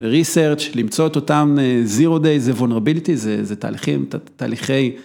ו-Research, למצוא את אותם, Zero Day זה Vulnerability, זה תהליכים, תהליכי...